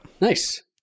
nice